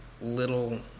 little